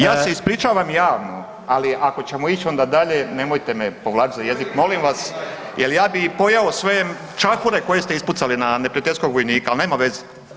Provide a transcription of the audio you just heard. Ja se ispričavam javno, ali ako ćemo ići onda dalje nemojte me povlačiti za jezik molim vas, jel ja bi pojeo sve čahure koje ste ispucali na neprijateljskog vojnika, ali nema veze.